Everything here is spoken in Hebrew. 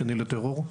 שני לטרור.